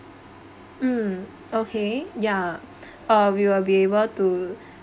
mm okay ya uh we will be able to